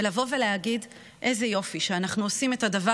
ולבוא ולהגיד: איזה יופי שאנחנו עושים את הדבר